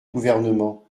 gouvernement